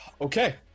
Okay